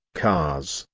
cars,